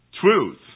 Truth